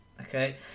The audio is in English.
okay